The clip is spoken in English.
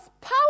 Power